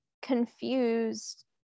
confused